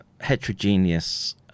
heterogeneous